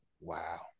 Wow